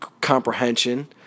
comprehension